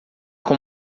com